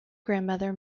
grandmother